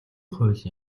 хууль